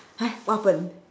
what happen